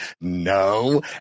no